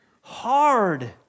hard